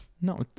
No